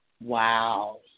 Wow